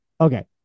Okay